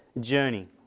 journey